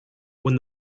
when